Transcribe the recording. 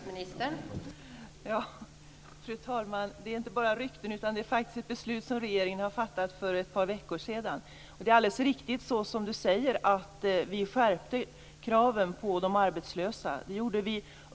Fru talman! Ja, det är inte bara rykten, utan regeringen har faktiskt fattat ett beslut om detta för ett par veckor sedan. Det är alldeles riktigt, som Claes-Göran Brandin säger, att vi under fjolåret skärpte kraven på de arbetslösa.